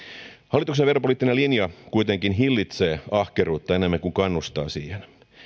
hallituksen veropoliittinen linja kuitenkin hillitsee ahkeruutta enemmän kuin kannustaa siihen